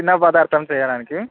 చిన్న పదార్థం చేయడానికి